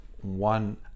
one